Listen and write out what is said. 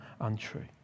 untrue